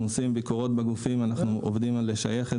אנחנו עושים ביקורות בגופים ועובדים על לשייך את